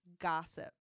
gossip